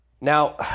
now